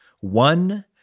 one-